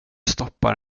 stoppa